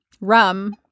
rum